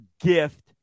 gift